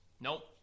Nope